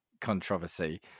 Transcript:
controversy